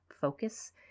focus